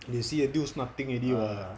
they see until nothing already loh